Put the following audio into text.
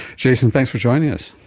jason, thanks for joining us.